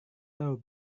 tahu